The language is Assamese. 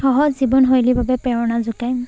সহজ জীৱনশৈলীৰ বাবে প্ৰেৰণা যোগায়